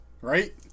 Right